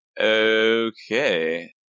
Okay